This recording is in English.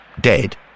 dead